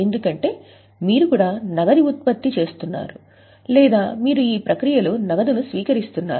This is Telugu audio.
ఎందుకంటే మీరు కూడా నగదు ఉత్పత్తి చేస్తున్నారు లేదా మీరు ఈ ప్రక్రియలో నగదును స్వీకరిస్తున్నారు